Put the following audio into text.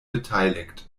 beteiligt